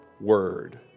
word